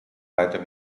motor